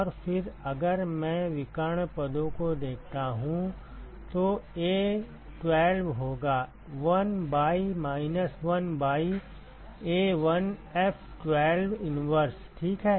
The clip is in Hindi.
और फिर अगर मैं विकर्ण पदों को देखता हूं तो a12 होगा 1 by minus 1 by A1F12 inverse ठीक है